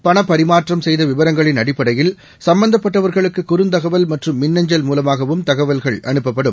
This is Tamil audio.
பணபரிமாற்றம் செய்தவிவரங்களின் அடிப்படையில் சும்மந்தப்பட்டவர்களுக்குகுறுந்தகவல் மற்றும் மின் அஞ்சல் மூலமாகவும் தகவல்கள் அனுப்பப்படும்